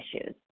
issues